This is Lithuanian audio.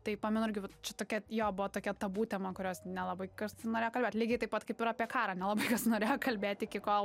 tai pamenu irgi va čia tokia jo buvo tokia tabu tema kurios nelabai kas norėjo kalbėt lygiai taip pat kaip yra apie karą nelabai kas norėjo kalbėti iki kol